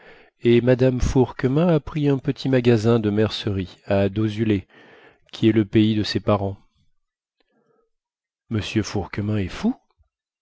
et mme fourquemin a pris un petit magasin de mercerie à dozulé qui est le pays de ses parents m fourquemin est fou